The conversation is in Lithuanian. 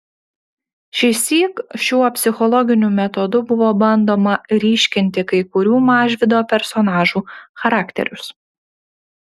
šįsyk šiuo psichologiniu metodu buvo bandoma ryškinti kai kurių mažvydo personažų charakterius